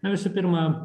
na visų pirma